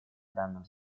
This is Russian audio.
данном